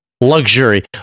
luxury